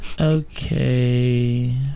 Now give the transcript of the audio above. okay